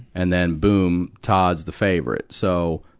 and then, boom, todd's the favorite. so,